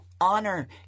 honor